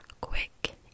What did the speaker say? quick